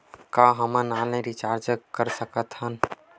का हम online recharge कर सकत हन?